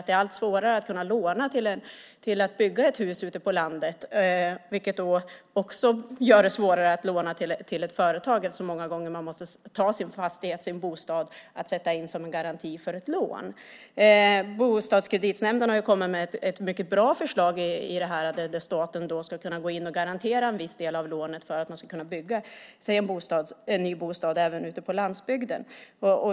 Det är allt svårare att få låna till att bygga ett hus ute på landet, vilket också gör det svårare att låna till ett företag eftersom man många gånger måste ta sin bostad som garanti för ett lån. Bostadskreditnämnden har kommit med ett mycket bra förslag, att staten ska kunna gå in och garantera en viss del av lånet för att man ska kunna bygga sig en ny bostad även ute på landsbygden.